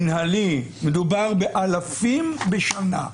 מדובר באלפים בשנה.